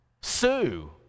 Sue